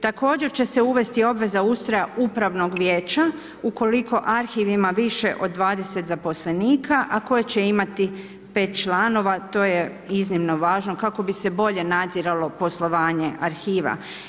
Također će se uvesti obveza ustroja upravnog vijeća ukoliko arhivima više ima od 20 zaposlenika a koji će imati 5 članova, to je iznimno važno kako bise bolje nadziralo poslovanje arhiva.